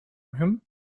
him